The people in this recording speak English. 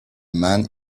man